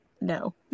no